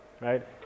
right